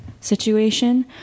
situation